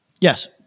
Yes